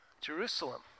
Jerusalem